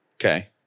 Okay